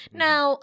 now